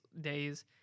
days